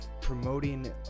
promoting